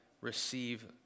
receive